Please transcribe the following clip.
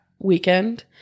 weekend